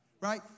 right